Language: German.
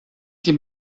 die